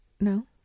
No